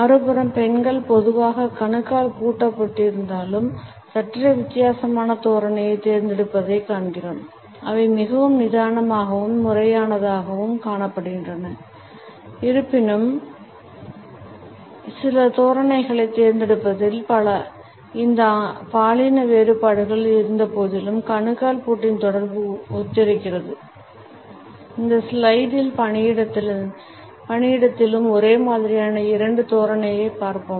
மறுபுறம் பெண்கள் பொதுவாக கணுக்கால் பூட்டப்பட்டிருந்தாலும் சற்றே வித்தியாசமான தோரணையைத் தேர்ந்தெடுப்பதைக் காண்கிறோம் அவை மிகவும் நிதானமாகவும் முறையானதாகவும் காணப்படுகின்றன இருப்பினும் சில தோரணைகளைத் தேர்ந்தெடுப்பதில் இந்த பாலின வேறுபாடுகள் இருந்தபோதிலும் கணுக்கால் பூட்டின் தொடர்பு ஒத்திருக்கிறது இந்த ஸ்லைடில் பணியிடத்திலும் ஒரே மாதிரியான இரண்டு தோரணைகளைப் பார்ப்போம்